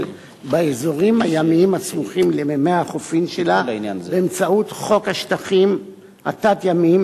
באזורים הימיים הסמוכים למימי החופין שלה באמצעות חוק השטחים התת-ימיים,